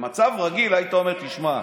במצב רגיל היית אומר: תשמע,